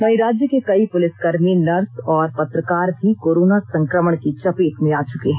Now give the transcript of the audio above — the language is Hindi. वहीं राज्य के कई पुलिसकर्मी नर्स और पत्रकार भी कोरोना संक्रमण की चपेट में आ चुके हैं